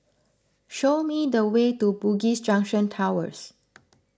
show me the way to Bugis Junction Towers